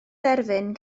derfyn